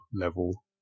level